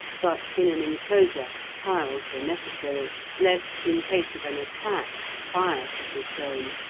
but in an enclosure tiles were necessary, lest, in case of an attack, fire should be thrown.